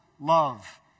love